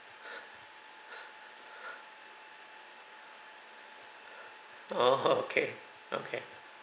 oh okay okay